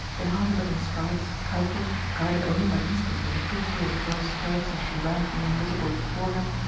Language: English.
in half a dozen strides, kirkwood, guided only by instinct and the frou-frou of the girl's skirts as she ran invisible before him,